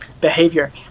behavior